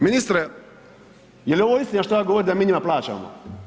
Ministre jeli ovo istina što ja govorim da mi njima plaćamo?